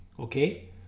Okay